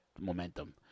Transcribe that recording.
momentum